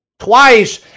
Twice